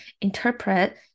interpret